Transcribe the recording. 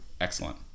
excellent